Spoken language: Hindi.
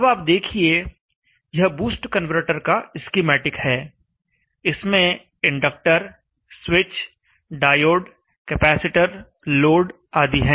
अब आप देखिए यह बूस्ट कन्वर्टर का स्कीमेटिक है इसमें inductor switch diode capacitor load आदि हैं